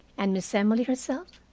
and miss emily herself?